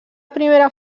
primera